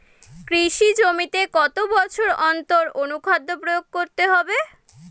কৃষি জমিতে কত বছর অন্তর অনুখাদ্য প্রয়োগ করতে হবে?